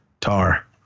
Tar